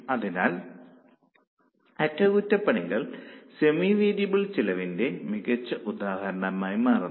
അതിനാൽ അറ്റകുറ്റപ്പണികൾ semi variable ചെലവിന്റെ മികച്ച ഉദാഹരണമായി മാറുന്നു